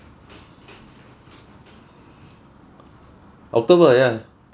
october ya